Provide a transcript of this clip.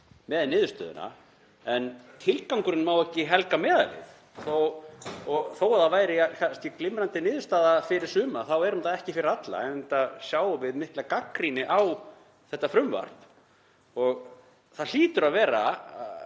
með niðurstöðuna. En tilgangurinn má ekki helga meðalið. Þó að það sé glimrandi niðurstaða fyrir suma er hún það ekki fyrir alla, enda sjáum við mikla gagnrýni á þetta frumvarp. Það hlýtur að vera